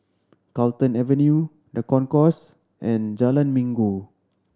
Carlton Avenue The Concourse and Jalan Minggu